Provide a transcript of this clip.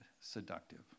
seductive